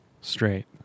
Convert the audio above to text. straight